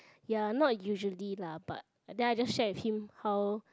ya not usually lah but uh then I just shared with him how